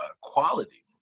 quality